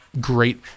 great